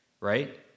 right